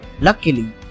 Luckily